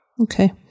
Okay